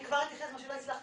אני כבר אתייחס לזה.